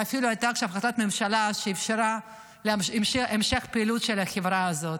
ואפילו הייתה עכשיו החלטת ממשלה שאפשרה את המשך הפעילות של החברה הזאת.